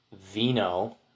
Vino